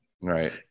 Right